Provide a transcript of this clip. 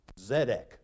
Zedek